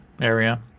area